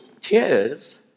tears